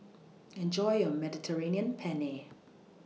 Enjoy your Mediterranean Penne